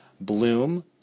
bloom